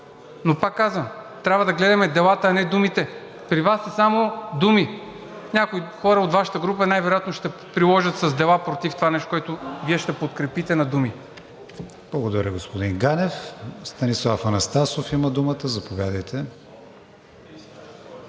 Пак казвам – трябва да гледаме делата, а не думите. При Вас са само думи. Някои хора от Вашата група най-вероятно ще приложат с дела против това нещо, което Вие ще подкрепите на думи. ПРЕДСЕДАТЕЛ КРИСТИАН ВИГЕНИН: Благодаря, господин Ганев. Станислав Анастасов има думата – заповядайте.